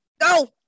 go